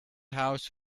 house